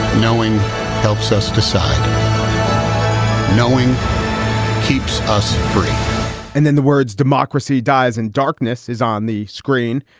knowing helps us decide knowing keeps us free and then the words democracy dies in darkness is on the screen.